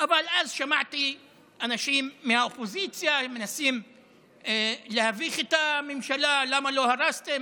אבל שמעתי אנשים מהאופוזיציה שמנסים להביך את הממשלה: למה לא הרסתם?